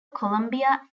colombia